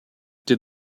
did